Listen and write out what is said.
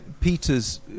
Peter's